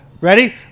Ready